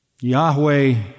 Yahweh